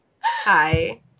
Hi